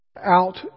out